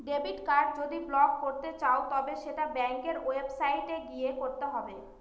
debit card যদি block করতে চাও তবে সেটা ব্যাঙ্কের ওয়েবসাইটে গিয়ে করতে হবে